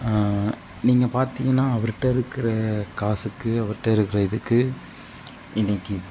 நீங்கள் பார்த்திங்கன்னா அவருகிட்ட இருக்கிற காசுக்கு அவர்கிட்ட இருக்கிற இதுக்கு இன்னைக்கி